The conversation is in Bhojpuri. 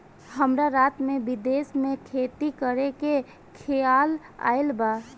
हमरा रात में विदेश में खेती करे के खेआल आइल ह